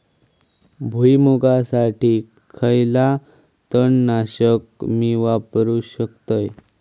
भुईमुगासाठी खयला तण नाशक मी वापरू शकतय?